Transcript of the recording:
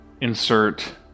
insert